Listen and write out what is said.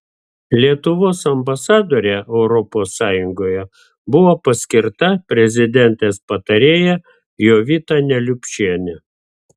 lietuvos ambasadore europos sąjungoje buvo paskirta prezidentės patarėja jovita neliupšienė